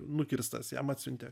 nukirstas jam atsiuntė